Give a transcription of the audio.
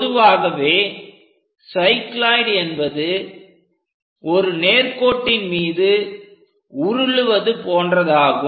பொதுவாகவே சைக்ளோயிட் என்பது ஒரு நேர்கோட்டின் மீது உருளுவது போன்றதாகும்